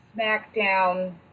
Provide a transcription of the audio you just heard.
SmackDown